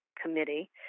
Committee